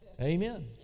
Amen